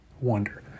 wonder